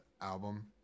album